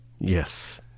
yes